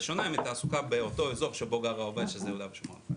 זה שונה מתעסוקה באותו אזור שבו גר העובד שזה יהודה ושומרון.